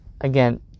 again